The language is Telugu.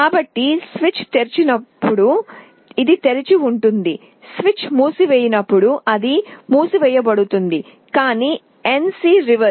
కాబట్టి స్విచ్ తెరిచినప్పుడు ఇది తెరిచి ఉంటుంది స్విచ్ మూసివేయబడినప్పుడు అది మూసివేయబడుతుంది కాని NC రివర్స్